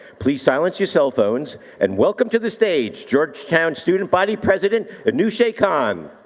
please silence your cell phones and welcome to the stage georgetown student body president enushe kahn.